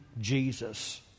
Jesus